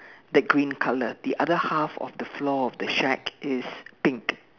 that green colour the other half of the floor of the shack is pink